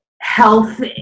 health